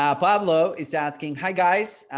ah pablo is asking. hi, guys.